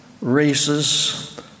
races